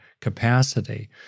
capacity